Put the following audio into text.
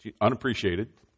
unappreciated